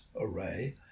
array